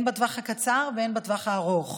הן בטווח הקצר והן בטווח הארוך.